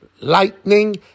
lightning